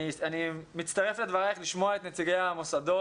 אני מצטרף לדברייך לשמוע את נציגי המוסדות.